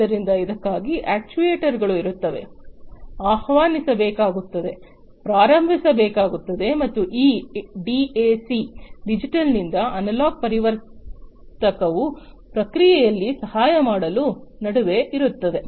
ಆದ್ದರಿಂದ ಅದಕ್ಕಾಗಿ ಅಕ್ಚುಯೆಟರ್ಸ್ಗಳು ಇರುತ್ತವೆ ಆಹ್ವಾನಿಸಬೇಕಾಗುತ್ತದೆ ಪ್ರಾರಂಭಿಸಬೇಕಾಗುತ್ತದೆ ಮತ್ತು ಈ ಡಿಎಸಿ ಡಿಜಿಟಲ್ ನಿಂದ ಅನಲಾಗ್ ಪರಿವರ್ತಕವು ಪ್ರಕ್ರಿಯೆಯಲ್ಲಿ ಸಹಾಯ ಮಾಡಲು ನಡುವೆ ಇರುತ್ತದೆ